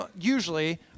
usually